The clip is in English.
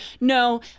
No